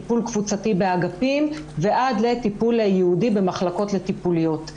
טיפול קבוצתי באגפים ועד לטיפול ייעודי במחלקות טיפוליות.